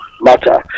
matter